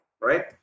right